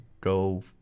Go